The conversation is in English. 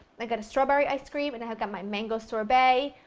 like got strawberry ice cream and i've got my mango sorbet.